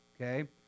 Okay